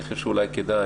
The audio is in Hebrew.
אני חושב שאולי כדאי,